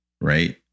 right